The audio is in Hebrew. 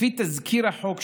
לפי תזכיר החוק,